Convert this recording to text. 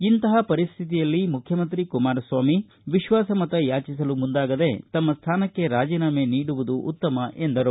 ಇಂತಹ ಪರಿಸ್ಥಿತಿಯಲ್ಲಿ ಮುಖ್ಯಮಂತ್ರಿ ಕುಮಾರಸ್ವಾಮಿ ವಿಶ್ವಾಸಮತ ಯಾಚಿಸಲು ಮುಂದಾಗದೇ ತಮ್ಮ ಸ್ಥಾನಕ್ಕೆ ರಾಜೀನಾಮೆ ನೀಡುವುದು ಉತ್ತಮ ಎಂದರು